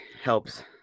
helps